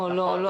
לא, לא.